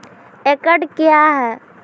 एकड कया हैं?